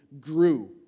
grew